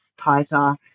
tighter